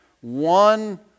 one